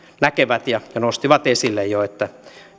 näkevät ja he nostivat esille jo että